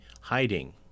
hiding